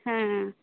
হ্যাঁ